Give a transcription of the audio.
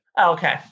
Okay